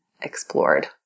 explored